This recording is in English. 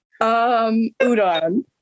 udon